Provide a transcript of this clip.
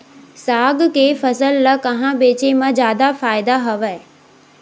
साग के फसल ल कहां बेचे म जादा फ़ायदा हवय?